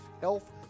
health